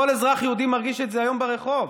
כל אזרח יהודי מרגיש את זה היום ברחוב,